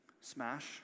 Smash